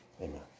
Amen